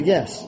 Yes